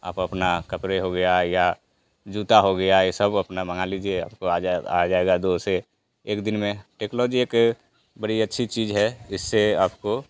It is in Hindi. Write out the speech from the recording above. वह अपना कपड़े हो गया या जूता हो गया ये सब अपना मंगा लीजिए अब तो आ जाए आ जाएगा दो से एक दिन में टेकलोजी एक बड़ी अच्छी चीज़ है जिससे आपको